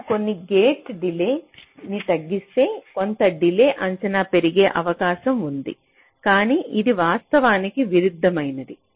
మనం కొన్ని gate delay ని తగ్గిస్తే కొంత డిలే అంచనా పెరిగే అవకాశం ఉంది కానీ ఇది వాస్తవానికి విరుద్ధమైనది